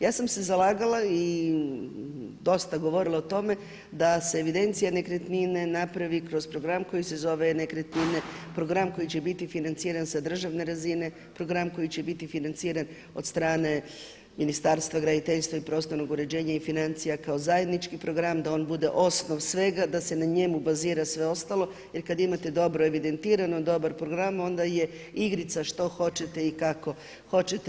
Ja sam se zalagala i dosta govorila o tome da se evidencija nekretnine napravi kroz program koji se zove Nekretnine program, koji će biti financiran s državne razine, program koji će biti financiran od strane Ministarstva graditeljstva i prostornog uređenja i financija kao zajednički program, da on bude osnov svega, da se njemu bazira sve ostalo jer kad imate dobro evidentirano, dobar program, onda je igrica što hoćete i kako hoćete.